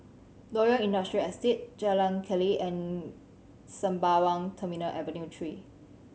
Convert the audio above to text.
Loyang Industrial Estate Jalan Keli and Sembawang Terminal Avenue Three